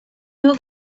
look